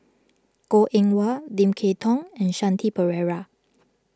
Goh Eng Wah Lim Kay Tong and Shanti Pereira